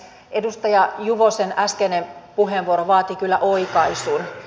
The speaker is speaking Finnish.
edustaja juvosen äskeinen puheenvuoro vaatii kyllä oikaisun